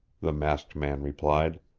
the masked man replied.